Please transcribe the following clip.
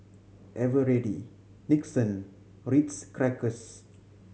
Eveready Nixon Ritz Crackers